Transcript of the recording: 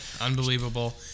Unbelievable